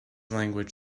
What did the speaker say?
language